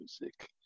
music